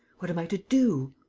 what am i to do?